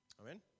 amen